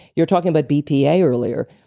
you're talking about bpa earlier.